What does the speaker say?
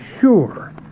sure